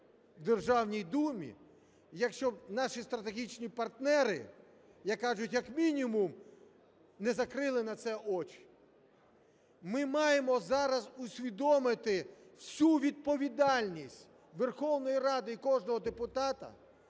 Державній Думі, якщо наші стратегічні партнери, як кажуть, як мінімум не закрили на це очі? Ми маємо зараз усвідомити всю відповідальність Верховної Ради і кожного депутата